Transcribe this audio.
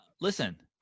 listen